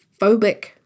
phobic